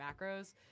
macros